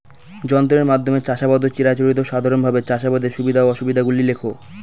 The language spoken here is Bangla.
যন্ত্রের মাধ্যমে চাষাবাদ ও চিরাচরিত সাধারণভাবে চাষাবাদের সুবিধা ও অসুবিধা গুলি লেখ?